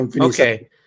okay